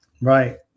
Right